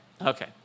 Okay